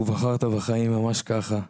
ובחרת בחיים, ממש ככה.